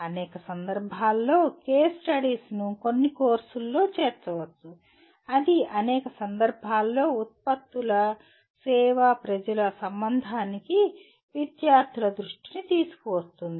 అనేక సందర్భాల్లో కేస్ స్టడీస్ను కొన్ని కోర్సుల్లో చేర్చవచ్చు అది అనేక సందర్భాల్లో ఉత్పత్తుల సేవ ప్రజల సంబంధానికి విద్యార్థుల దృష్టిని తీసుకువస్తుంది